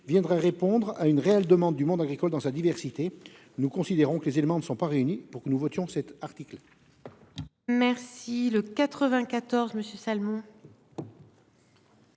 viendrait répondre à une réelle demande du monde agricole dans sa diversité. Nous considérons que les éléments ne sont pas réunis pour que nous votions cet article. La parole est à M.